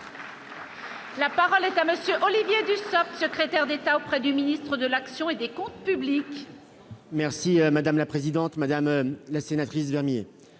La parole est à monsieur Olivier Dussopt, secrétaire d'État auprès du ministre de l'action et des Comptes publics. Merci madame la présidente, madame la sénatrice, merci